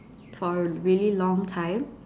for a really long time